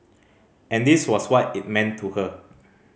and this was what it meant to her